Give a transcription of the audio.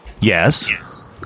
Yes